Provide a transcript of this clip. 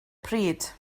pryd